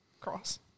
cross